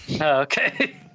okay